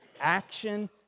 action